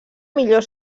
millor